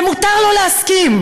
ומותר לא להסכים.